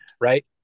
right